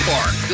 Park